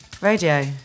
radio